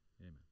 Amen